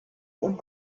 und